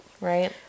Right